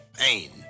pain